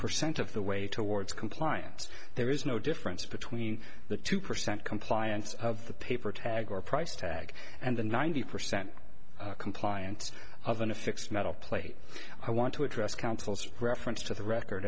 percent of the way towards compliance there is no difference between the two percent compliance of the paper tag or price tag and the ninety percent compliance of an a fixed metal plate i want to address counsel's reference to the record